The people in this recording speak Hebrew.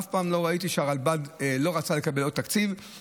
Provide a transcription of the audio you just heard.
אף פעם לא ראיתי שהרלב"ד לא רצתה לקבל עוד תקציב,